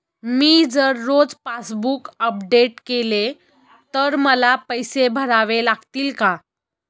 मी जर रोज passbook update केले तर मला पैसे भरावे लागतील का?